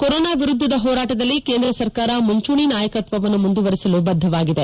corona ವಿರುದ್ದದ ಹೋರಾಟದಲ್ಲಿ ಕೇಂದ್ರ ಸರ್ಕಾರ ಮುಂಚೂಣಿ ನಾಯಕತ್ವವನ್ನು ಮುಂದುವರೆಸಲು ಬದ್ಧವಾಗಿದೆ